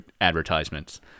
advertisements